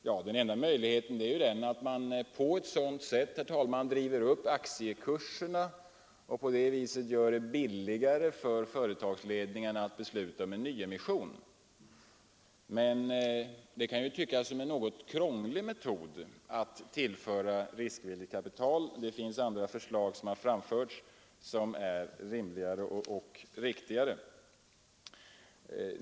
Ja, den enda möjligheten finns ju att man på ett sådant sätt driver upp aktiekurserna och därmed gör det billigare för företaget att gå ut med en nyemission. Men det kan ju tyckas vara en något krånglig metod att tillföra företaget riskvilligt kapital. Andra förslag har framförts som är rimligare och riktigare.